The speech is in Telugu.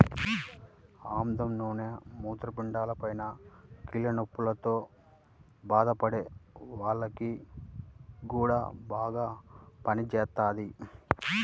ఆముదం నూనె మూత్రపిండాలపైన, కీళ్ల నొప్పుల్తో బాధపడే వాల్లకి గూడా బాగా పనిజేత్తది